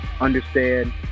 understand